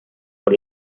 por